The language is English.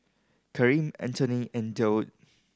Karim Antone and Durwood